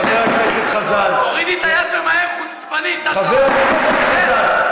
יושב-ראש הכנסת, חבר הכנסת חזן.